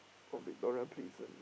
or Viktoria-Plzen